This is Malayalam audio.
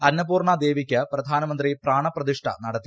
അന്നൂപൂർണ്ണ ദേവിക്ക് പ്രധാനമന്ത്രി പ്രാണ പ്രതിഷ്ഠ നടത്തി